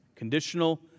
Conditional